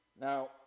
Now